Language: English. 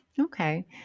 Okay